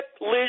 liz